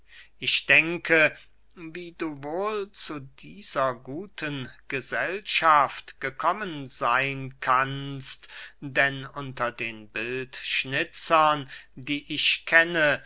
ich denke wie du wohl zu dieser guten gesellschaft gekommen seyn kannst denn unter den bildschnitzern die ich kenne